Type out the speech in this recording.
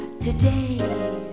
today